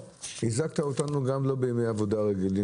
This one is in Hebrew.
הזעקת אותנו גם לא בימי עבודה רגילים.